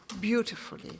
beautifully